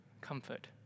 comfort